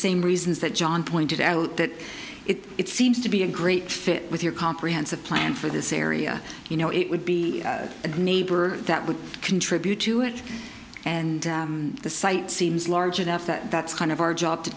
same reasons that john pointed out that it seems to be a great fit with your comprehensive plan for this area you know it would be a good neighbor that would contribute to it and the site seems large enough that that's kind of our job to